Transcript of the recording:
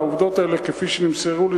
העובדות האלה כפי שנמסרו לי,